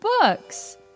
books